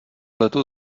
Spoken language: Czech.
letu